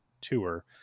tour